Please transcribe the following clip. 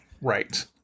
Right